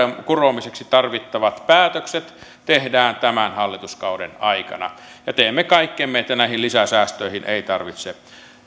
kuromiseksi tarvittavat päätökset tehdään tämän hallituskauden aikana ja teemme kaikkemme että näihin lisäsäästöihin ei tarvitse